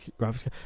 graphics